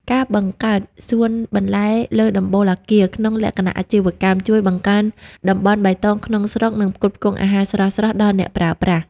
ការបង្កើតសួនបន្លែលើដំបូលអគារ ក្នុងលក្ខណៈអាជីវកម្ម ជួយបង្កើនតំបន់បៃតងក្នុងក្រុង និងផ្គត់ផ្គង់អាហារស្រស់ៗដល់អ្នកប្រើប្រាស់។